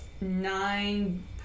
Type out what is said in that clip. nine